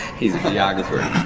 he's a geographer.